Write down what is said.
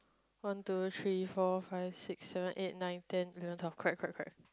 one two three four five six seven eight nine ten we gonna talk correct correct correct